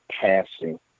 passing